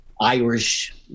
Irish